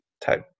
type